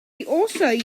also